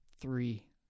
three